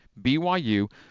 BYU